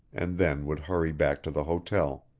and then would hurry back to the hotel.